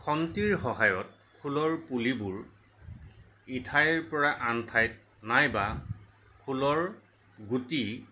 খন্তিৰ সহায়ত ফুলৰ পুলিবোৰ ইঠাইৰপৰা আন ঠাইত নাইবা ফুলৰ গুটি